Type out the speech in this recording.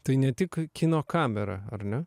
tai ne tik kino kamera ar ne